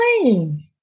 playing